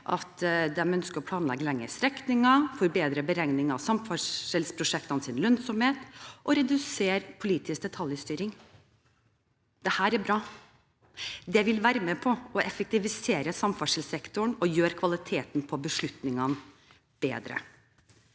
planlegge lengre strekninger, forbedre beregningene av samferdselsprosjektenes lønnsomhet og redusere politisk detaljstyring. Dette er bra. Det vil være med på å effektivisere samferdselssektoren og gjøre kvaliteten på beslutningene bedre.